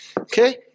Okay